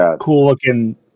cool-looking